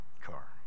car